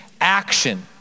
action